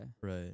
Right